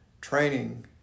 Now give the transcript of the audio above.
training